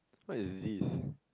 what is this